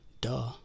duh